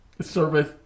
service